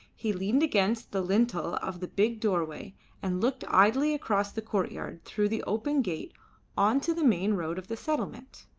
he leaned against the lintel of the big doorway and looked idly across the courtyard through the open gate on to the main road of the settlement.